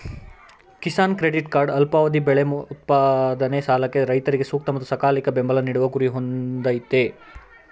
Kisan credit card ಅಲ್ಪಾವಧಿ ಬೆಳೆ ಉತ್ಪಾದನೆ ಸಾಲಕ್ಕೆ ರೈತರಿಗೆ ಸೂಕ್ತ ಮತ್ತು ಸಕಾಲಿಕ ಬೆಂಬಲ ನೀಡುವ ಗುರಿ ಹೊಂದಯ್ತೆ